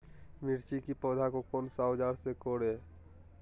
मिर्च की पौधे को कौन सा औजार से कोरे?